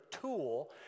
tool